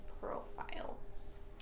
profiles